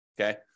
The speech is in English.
Okay